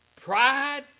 pride